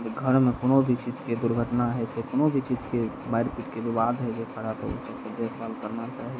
घरमे कोनो भी चीजके दुर्घटना होइ छै कोनो भी चीजके मारि पीट के बिबाद हेबे करत तऽ उसबके देखभाल करना चाही